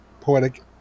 poetic